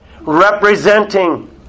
representing